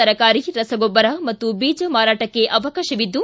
ತರಕಾರಿ ರಸಗೊಬ್ಬರ ಹಾಗೂ ಬೀಜ ಮಾರಾಟಕ್ಕೆ ಅವಕಾಶವಿದ್ದು